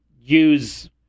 use